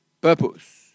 purpose